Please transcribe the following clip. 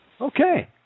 Okay